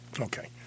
Okay